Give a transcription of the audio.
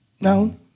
no